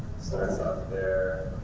starts off there,